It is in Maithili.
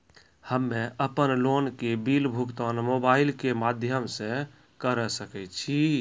हम्मे अपन लोन के बिल भुगतान मोबाइल के माध्यम से करऽ सके छी?